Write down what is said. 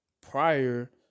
Prior